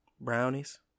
brownies